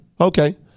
Okay